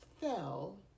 fell